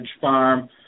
farm